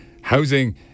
Housing